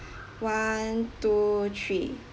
one two three